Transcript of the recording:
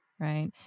Right